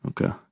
Okay